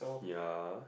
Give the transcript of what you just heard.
yeah